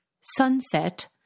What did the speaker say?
sunset